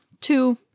two